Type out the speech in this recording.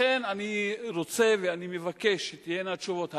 לכן אני רוצה ואני מבקש שתהיינה תשובות.